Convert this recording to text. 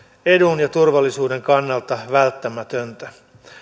edun ja turvallisuuden kannalta välttämätöntä